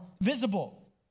visible